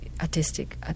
artistic